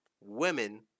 Women